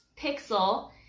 pixel